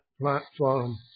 platform